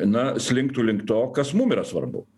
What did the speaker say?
na slinktų link to kas mum yra svarbu